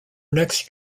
next